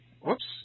Whoops